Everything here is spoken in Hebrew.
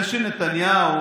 זה שנתניהו